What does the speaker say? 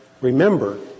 Remember